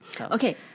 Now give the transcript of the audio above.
okay